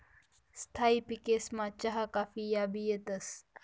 स्थायी पिकेसमा चहा काफी याबी येतंस